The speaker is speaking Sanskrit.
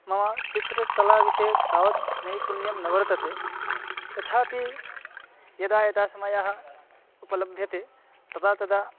मम चित्रकलाविषये तावत् नैपुण्यं न वर्तते तथापि यदा यदा समयः उपलभ्यते तदा तदा